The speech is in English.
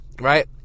right